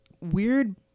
weird